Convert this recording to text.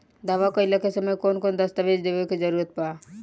दावा कईला के समय कौन कौन दस्तावेज़ के जरूरत बा?